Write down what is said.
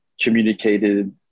communicated